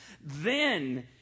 Then